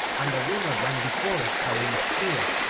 and a runner ran before us carrying a spear.